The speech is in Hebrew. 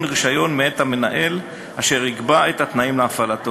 רישיון מאת המנהל אשר יקבע את התנאים להפעלתו.